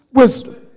wisdom